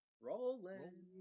rolling